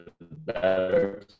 better